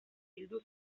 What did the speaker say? bildu